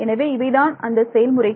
எனவே இவை தான் அந்த செயல் முறைகள்